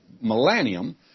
millennium